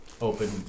open